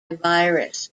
virus